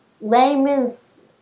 layman's